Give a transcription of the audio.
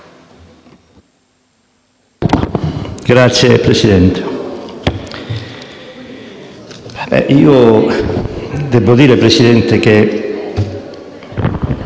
Grazie Presidente,